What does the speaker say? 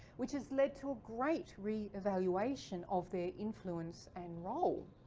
which has led to a great re-evaluation of their influence and role.